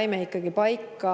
saime ikkagi paika